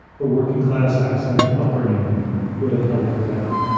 her working class accent and upbringing would have held her back.